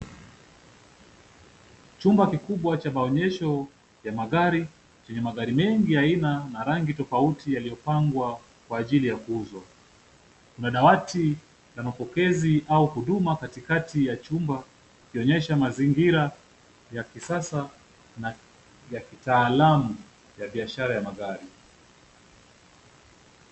Chumba kikubwa cha maonyesho ya magari, chenye magari mengi ya aina na rangi tofauti yaliyopangwa kwa ajili ya kuuzwa. Kuna dawati ya mapokezi au huduma katikati ya chumba, ikionyesha mazingira ya kisasa na ya kitaalamu ya biashara ya magari.